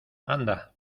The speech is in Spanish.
anda